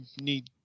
need